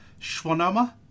schwannoma